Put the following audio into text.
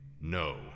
No